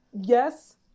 yes